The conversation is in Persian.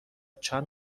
چند